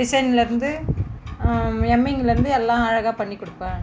டிசைனில் இருந்து எம்மிங்கில் இருந்து எல்லாம் அழகாக பண்ணிக்கொடுப்பேன்